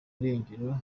irengero